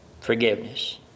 forgiveness